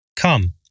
Come